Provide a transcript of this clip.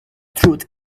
truth